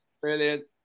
Brilliant